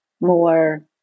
more